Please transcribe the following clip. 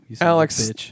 Alex